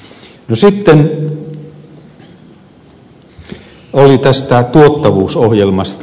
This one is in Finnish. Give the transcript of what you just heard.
sitten oli tästä tuottavuusohjelmasta